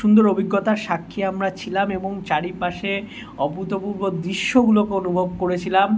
সুন্দর অভিজ্ঞতার সাক্ষী আমরা ছিলাম এবং চারিপাশে অভূতপূর্ব দৃশ্যগুলোকে অনুভব করেছিলাম